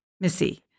Missy